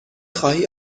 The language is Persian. خواهی